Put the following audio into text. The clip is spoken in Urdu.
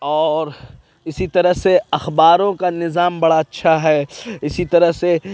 اور اِسی طرح سے اخباروں کا نظام بڑا اچھا ہے اِسی طرح سے